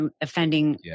offending